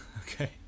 Okay